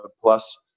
plus